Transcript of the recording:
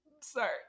Sorry